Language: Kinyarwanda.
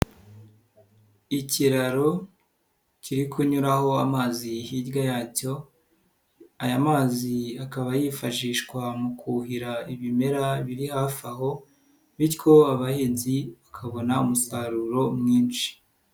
Ikiraro kiri kunyuraho amazi hirya yacyo, aya mazi akaba yifashishwa mu kuhira ibimera biri hafi aho bityo abahinzi bakabona umusaruro mwinshi.